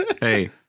Hey